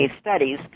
studies